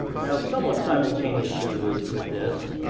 now somewhat simultaneously with with this,